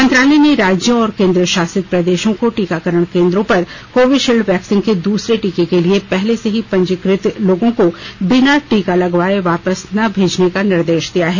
मंत्रालय ने राज्यों व केन्द्रशासित प्रदेशों को टीकाकरण केन्द्रों पर कोविशील्ड वैक्सीन के दूसरे टीके के लिए पहले से ही पंजीकृत लोगों को बिना टीका लगाए वापस ना भेजने का निर्देश दिया है